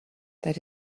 that